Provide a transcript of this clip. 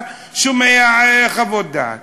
אתה שומע חוות דעת.